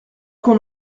qu’on